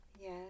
Yes